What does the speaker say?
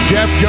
Jeff